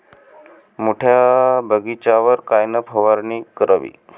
मोठ्या बगीचावर कायन फवारनी करावी?